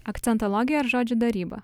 akcentologija ar žodžių daryba